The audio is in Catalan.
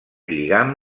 lligam